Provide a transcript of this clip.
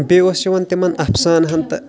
بیٚیہِ اوس یِوان تِمَن اَفسانہٕ ہَن تہٕ